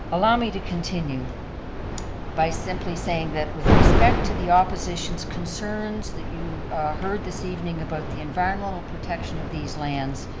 allow me to continue by simply saying that with respect to the opposition's concerns that you heard this evening about the environmental protection of these lands